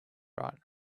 right